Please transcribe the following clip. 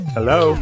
Hello